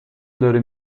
داره